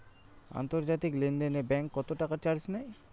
আন্তর্জাতিক লেনদেনে ব্যাংক কত টাকা চার্জ নেয়?